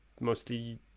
mostly